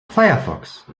firefox